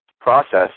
process